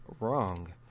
wrong